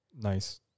nice